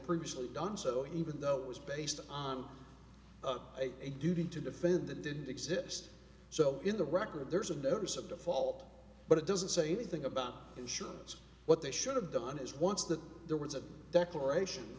previously done so even though it was based on a duty to defend that didn't exist so in the record there is a notice of default but it doesn't say anything about insurance what they should have done is once that there was a declaration